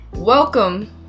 Welcome